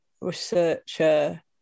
researcher